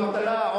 אבטלה,